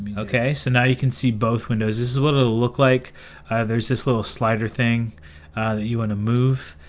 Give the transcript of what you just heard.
ok, so now you can see both windows this is what it'll look like there's this little slider thing you want to move,